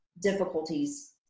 difficulties